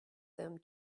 them